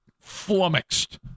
flummoxed